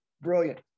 brilliant